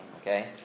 okay